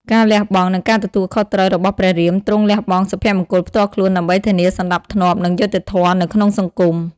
ការលះបង់ និងការទទួលខុសត្រូវរបស់ព្រះរាមទ្រង់លះបង់សុភមង្គលផ្ទាល់ខ្លួនដើម្បីធានាសណ្ដាប់ធ្នាប់ និងយុត្តិធម៌នៅក្នុងសង្គម។